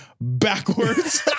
backwards